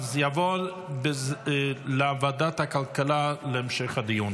יעבור לוועדת הכלכלה להמשך דיון.